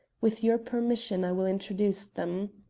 with your permission i will introduce them,